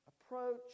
Approach